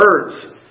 birds